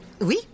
oui